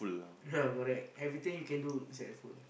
yea correct everything you can do inside a phone